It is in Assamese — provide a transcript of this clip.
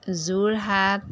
যোৰহাট